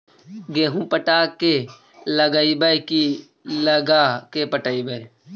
गेहूं पटा के लगइबै की लगा के पटइबै?